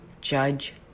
judge